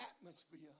atmosphere